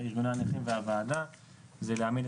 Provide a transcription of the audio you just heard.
לכולם את